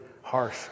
harsh